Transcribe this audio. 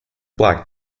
black